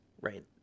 right